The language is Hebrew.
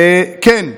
כן,